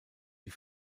die